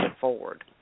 forward